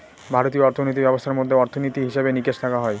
ভারতীয় অর্থিনীতি ব্যবস্থার মধ্যে অর্থনীতি, হিসেবে নিকেশ দেখা হয়